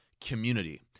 community